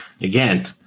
again